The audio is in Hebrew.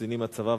קצינים מהצבא,